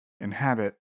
inhabit